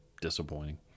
disappointing